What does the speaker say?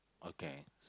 okay